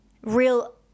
real